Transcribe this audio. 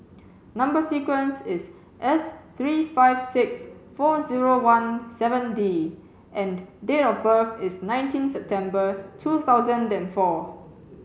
number sequence is S three five six four zero one seven D and date of birth is nineteen September two thousand and four